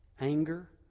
anger